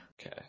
Okay